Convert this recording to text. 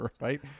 Right